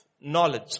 knowledge